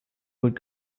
would